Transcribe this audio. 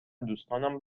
دوستانم